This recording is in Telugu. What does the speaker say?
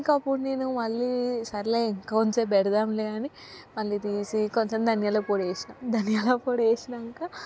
ఇంకా అప్పుడు నేను మళ్ళీ సర్లే ఇంకా కొద్దిసేపు పెడదాములే అని మళ్ళీ తీసి కొంచెం ధనియాలపొడి వేసిన ధనియాలపొడి వేసినాక